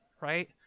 right